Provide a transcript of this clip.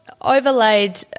overlaid